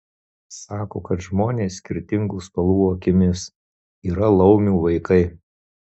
sako kad žmonės skirtingų spalvų akimis yra laumių vaikai